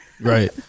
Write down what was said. Right